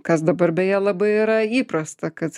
kas dabar beje labai yra įprasta kad